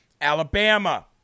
Alabama